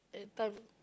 at time